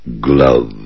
glove